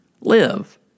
live